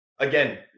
Again